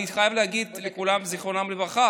אני חייב להגיד על כולם "זיכרונם לברכה",